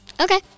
Okay